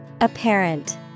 Apparent